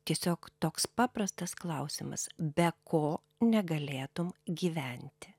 tiesiog toks paprastas klausimas be ko negalėtum gyventi